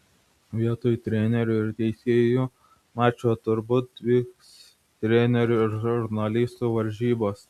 vietoj trenerių ir teisėjų mačo turbūt vyks trenerių ir žurnalistų varžybos